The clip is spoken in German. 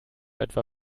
etwa